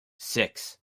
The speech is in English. six